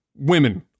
women